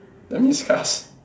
damn disgust